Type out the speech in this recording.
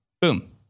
boom